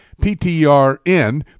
PTRN